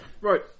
Right